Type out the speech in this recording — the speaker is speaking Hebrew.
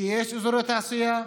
כי יש אזורי תעשייה,